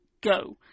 go